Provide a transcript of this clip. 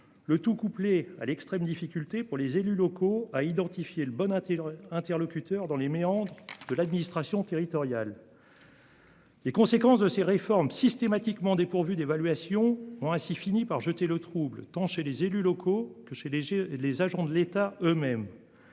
Le tout couplé à l'extrême difficulté pour les élus locaux à identifier le bon a-t-il interlocuteurs dans les méandres de l'administration territoriale. Les conséquences de ces réformes systématiquement dépourvue d'évaluation ont ainsi fini par jeter le trouble, tant chez les élus locaux que chez les chez les agents de l'État eux-mêmes.